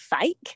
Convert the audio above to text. fake